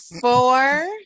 four